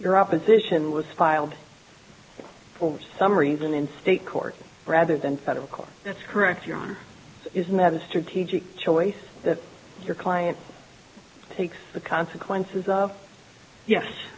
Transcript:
your opposition was filed for some reason in state court rather than federal court that's correct your honor is not a strategic choice that your client takes the consequences of